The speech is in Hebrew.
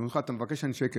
אתה מבקש אנשי קשר,